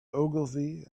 ogilvy